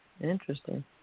Interesting